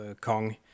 Kong